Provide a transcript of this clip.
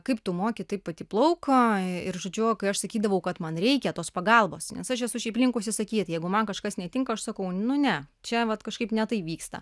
kaip tu moki taip pati plauk ir žodžiu kai aš sakydavau kad man reikia tos pagalbos nes aš esu šiaip linkusi sakyt jeigu man kažkas netinka aš sakau nu čia vat kažkaip ne tai vyksta